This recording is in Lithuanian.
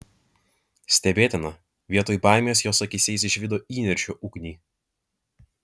stebėtina vietoj baimės jos akyse jis išvydo įniršio ugnį